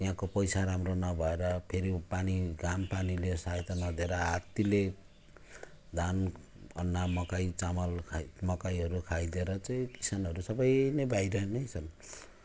यहाँको पैसा राम्रो नभएर फेरि पानी घाम पानीले सहायता नदिएर हात्तीले धान अन्न मकै चामल खाई मकैहरू खाइदिएर चाहिँ किसानहरू सबै नै बाहिरै नै छन्